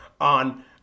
on